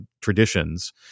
traditions